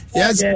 Yes